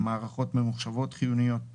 "מערכות ממוחשבות חיוניות",